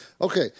Okay